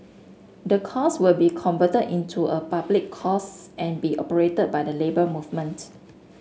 the course will be converted into a public course and be operated by the Labour Movement